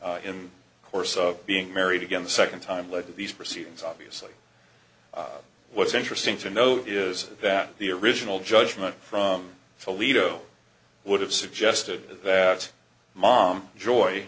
the course of being married again the second time led to these proceedings obviously what's interesting to note is that the original judgment from toledo would have suggested that mom joy